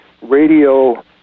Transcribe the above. radio